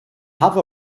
have